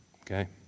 Okay